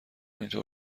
اینطور